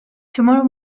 tomorrow